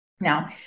now